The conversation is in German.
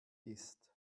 ist